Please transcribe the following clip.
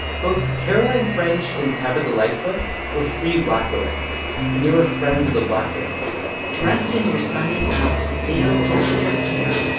both caroline french and tabitha lightfoot were free black women, and they were friends of the blackburns dressed in their sunday best with veils over their hair,